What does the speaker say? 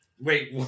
Wait